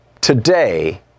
today